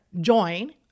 join